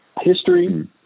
History